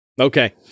Okay